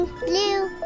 blue